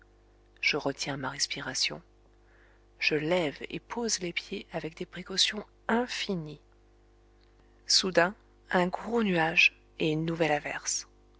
je retiens ma respiration je lève et pose les pieds avec des précautions infinies soudain un gros nuage et une nouvelle averse